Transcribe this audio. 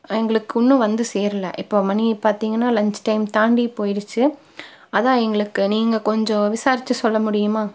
எங்களுக்கு இன்னும் வந்து சேரல இப்போது மணி பார்த்திங்கனா லஞ்ச் டைம் தாண்டிப் போயிடுச்சு அதுதான் எங்குளுக்கு நீங்கள் கொஞ்சம் விசாரிச்சு சொல்லமுடியுமா